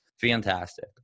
fantastic